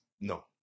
No